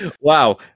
Wow